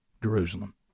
Jerusalem